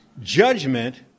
Judgment